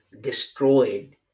destroyed